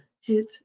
Hit